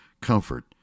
comfort